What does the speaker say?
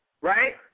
right